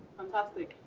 fantastic.